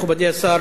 מכובדי השר,